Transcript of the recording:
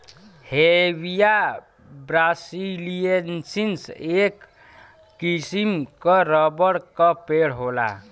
Hevea brasiliensis, एक किसिम क रबर क पेड़ होला